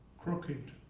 crooked.